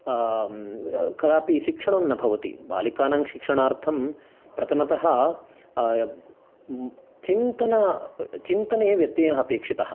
कदापि शिक्षणं न भवति बालिकानां शिक्षणार्थं प्रथमतः चिन्तन चिन्तने व्यत्ययः अपेक्षितः